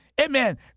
Amen